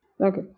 Okay